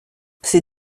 ses